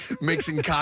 mixing